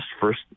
first